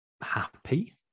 happy